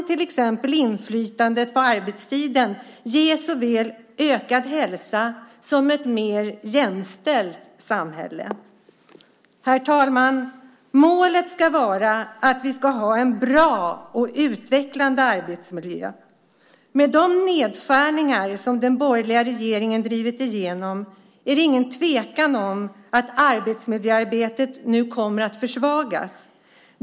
Till exempel inflytande på arbetstiden kan ge såväl ökad hälsa som ett mer jämställt samhälle. Herr talman! Målet ska vara att vi ska ha en bra och utvecklande arbetsmiljö. Med de nedskärningar som den borgerliga regeringen drivit igenom är det ingen tvekan om att arbetsmiljöarbetet nu kommer att försvagas.